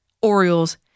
Orioles